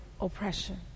oppression